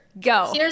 Go